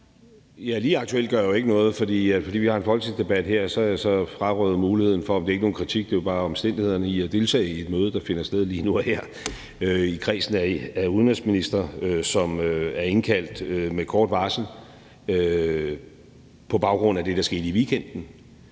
Lige aktuelt gør jeg jo ikke noget. Fordi vi har en folketingsdebat her, er jeg frarøvet muligheden for – det er ikke nogen kritik; det er jo bare omstændighederne – at deltage i et møde, der finder sted lige nu og her i kredsen af udenrigsministre, og som er indkaldt med kort varsel på baggrund af det, der skete i weekenden.